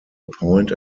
appoint